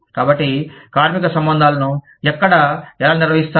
కాబట్టి కార్మిక సంబంధాలను ఎక్కడ ఎలా నిర్వహిస్తారు